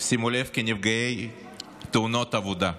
שימו לב, כנפגעי תאונות עבודה.